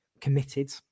committed